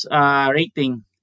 rating